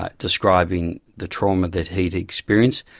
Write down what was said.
ah describing the trauma that he'd experienced,